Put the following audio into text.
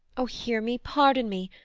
o hear me, pardon me.